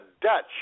Dutch